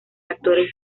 actores